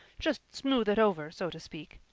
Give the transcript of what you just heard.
just smooth it over so to speak.